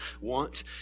want